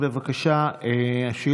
אדוני השר, תישאר על הדוכן, בבקשה.